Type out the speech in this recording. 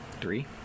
three